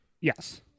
Yes